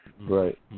Right